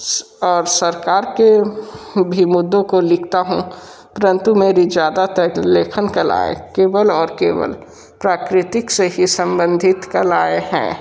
और सरकार के भी मुद्दों को लिखता हूँ परंतु मेरी ज़्यादातर लेखन कलाएँ केवल और केवल प्राकृतिक से ही सम्बंधित कलाएँ हैं